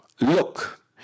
Look